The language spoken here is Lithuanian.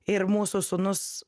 ir mūsų sūnus